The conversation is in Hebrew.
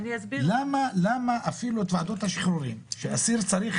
למה אפילו ועדות השחרורים שאסיר צריך